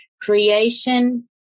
creation